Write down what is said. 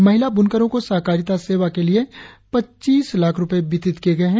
महिला बुनकरो को सहकारिता सेवा के लिए पच्चीस लाख़ रुपए वितरित किए गए है